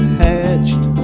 hatched